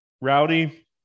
Rowdy